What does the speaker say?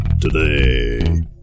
today